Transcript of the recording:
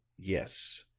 yes,